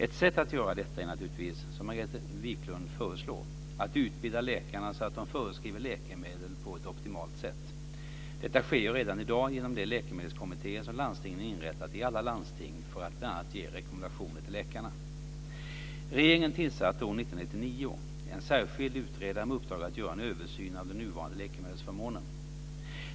Ett sätt att göra detta är naturligtvis, som Margareta Viklund föreslår, att utbilda läkarna så att de förskriver läkemedel på ett optimalt sätt. Detta sker ju redan i dag genom de läkemedelskommittéer som landstingen har inrättat i alla landsting för att bl.a. ge rekommendationer till läkarna. Regeringen tillsatte år 1999 en särskild utredare med uppdrag att göra en översyn av den nuvarande läkemedelsförmånen.